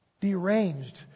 Deranged